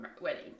wedding